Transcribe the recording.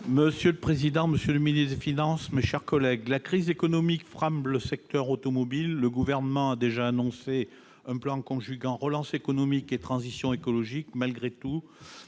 groupe Les Indépendants. Monsieur le ministre de l'économie et des finances, la crise économique frappe le secteur automobile. Le Gouvernement a déjà annoncé un plan conjuguant relance économique et transition écologique. Malgré tout,